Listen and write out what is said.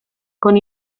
con